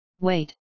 Wait